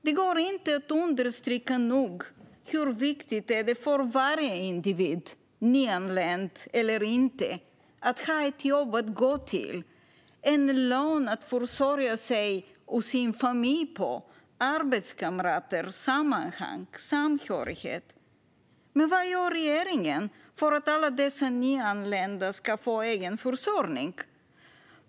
Det går inte att nog understryka hur viktigt det är för varje individ, nyanländ eller inte, att ha ett jobb att gå till, en lön att försörja sig och sin familj på, arbetskamrater, sammanhang, samhörighet. Men vad gör regeringen för att alla dessa nyanlända ska få egen försörjning?